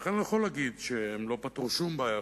לכן אני לא יכול להגיד שהם לא פתרו שום בעיה.